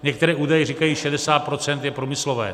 Některé údaje říkají 60 % je průmyslové.